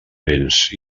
vents